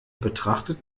betrachtet